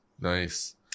Nice